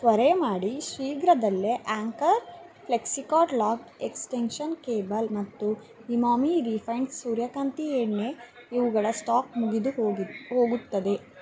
ತ್ವರೆ ಮಾಡಿ ಶೀಘ್ರದಲ್ಲೇ Anchor flexi card long extension cable ಮತ್ತು ಇಮಾಮಿ ರಿಫೈನ್ಡ್ ಸೂರ್ಯಕಾಂತಿ ಎಣ್ಣೆ ಇವುಗಳ ಸ್ಟಾಕ್ ಮುಗಿದುಹೋಗಿ ಹೋಗುತ್ತದೆ